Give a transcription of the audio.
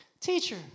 teacher